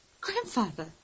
Grandfather